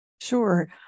Sure